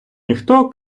ніхто